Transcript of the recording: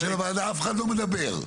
אף אחד לא מדבר.